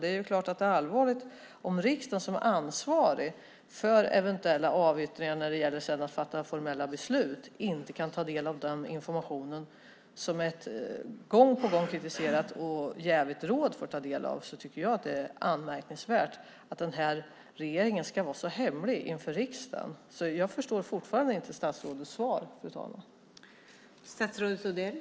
Det är klart att det är allvarligt om riksdagen, som är ansvarig för eventuella avyttringar och ska fatta de formella besluten, inte kan ta del av den information som ett gång på gång kritiserat och jävigt råd får ta del av. Det är anmärkningsvärt att denna regering ska vara så hemlighetsfull inför riksdagen. Jag förstår fortfarande inte statsrådets svar, fru talman.